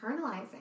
internalizing